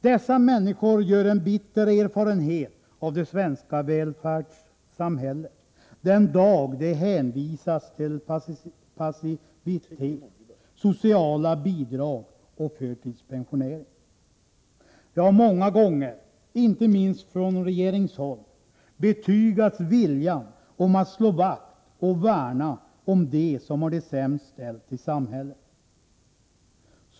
Dessa människor gör en bitter erfarenhet av det svenska välfärdssamhället den dag de hänvisas till passivitet, sociala bidrag och förtidspensionering. Man har många gånger, inte minst från regeringshåll, betygat viljan om att slå vakt och värna om dem som har det sämst ställt i samhället.